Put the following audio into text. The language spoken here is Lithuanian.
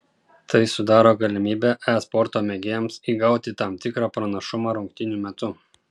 tai sudaro galimybę e sporto mėgėjams įgauti tam tikrą pranašumą rungtynių metu